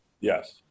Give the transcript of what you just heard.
Yes